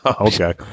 Okay